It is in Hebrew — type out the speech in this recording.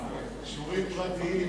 שיעורים פרטיים,